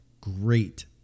great